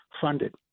funded